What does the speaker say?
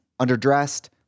underdressed